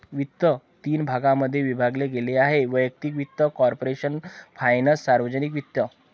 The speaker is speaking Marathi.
वित्त तीन भागांमध्ये विभागले गेले आहेः वैयक्तिक वित्त, कॉर्पोरेशन फायनान्स, सार्वजनिक वित्त